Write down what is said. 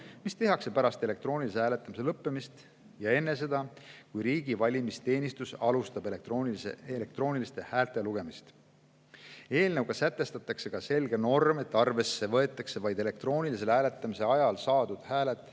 mis tehakse pärast elektroonilise hääletamise lõppemist ja enne seda, kui riigi valimisteenistus alustab elektrooniliste häälte lugemist. Eelnõuga sätestatakse ka selge norm, et arvesse võetakse vaid elektroonilise hääletamise ajal saadud hääled.